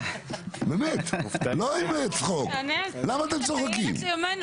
באמת, לא בצחוק, למה אתם צוחקים?